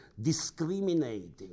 discriminating